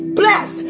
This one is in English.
bless